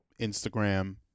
Instagram